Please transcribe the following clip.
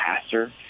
pastor